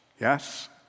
Yes